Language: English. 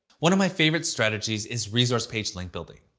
one of my favorite strategies is resource page link building.